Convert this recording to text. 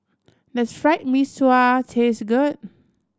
does Fried Mee Sua taste good